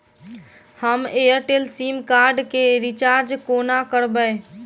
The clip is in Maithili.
हम एयरटेल सिम कार्ड केँ रिचार्ज कोना करबै?